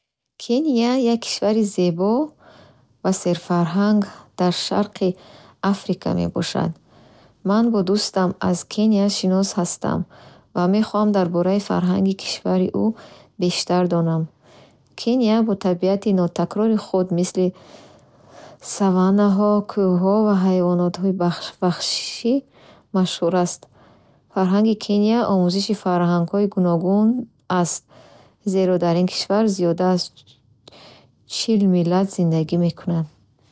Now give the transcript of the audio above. Кения як кишвари зебо ва серфарҳанг дар шарқи Африка мебошад. Ман бо дӯстам аз Кения шинос ҳастам ва мехоҳам дар бораи фарҳанги кишвари ӯ бештар донам. Кения бо табиати нотакрори худ, мисли саваннаҳо, кӯҳҳо ва ҳайвоноти ваҳш...ваҳшӣ машҳур аст. Фарҳанги Кения омезиши фарҳангҳои гуногун аст, зеро дар ин кишвар зиёда аз чил миллат зиндагӣ мекунанд.